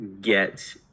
get